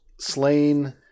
Slain